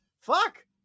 Fuck